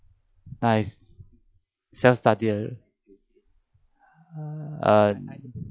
nice sales target err